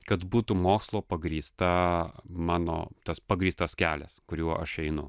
kad būtų mokslo pagrįsta mano tas pagrįstas kelias kuriuo aš einu